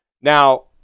now